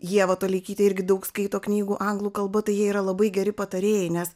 ieva toleikytė irgi daug skaito knygų anglų kalba tai jie yra labai geri patarėjai nes